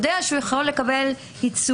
יודע שהוא יכול לקבל ייצוג.